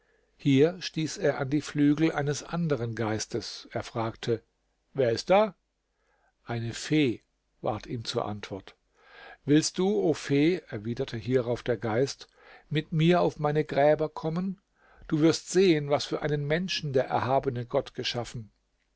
hier stieß er an die flügel eines anderen geistes er fragte wer ist da eine fee ward ihm zur antwort willst du o fee erwiderte hierauf der geist mit mir auf meine gräber kommen du wirst sehen was für einen menschen der erhabene gott geschaffen